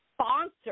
sponsor